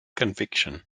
conviction